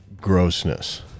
grossness